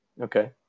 Okay